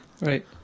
Right